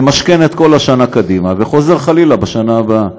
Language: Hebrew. ממשכן את כל השנה קדימה, וחוזר חלילה בשנה הבאה.